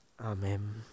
Amen